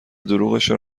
دروغشان